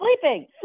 sleeping